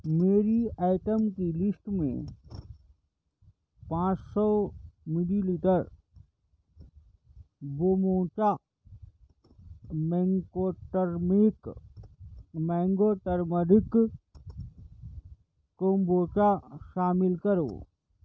میری آئٹم کی لسٹ میں پانچ سو millilitre kombucha mango turmeric mango turmeric kombucha شامل کرو